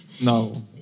No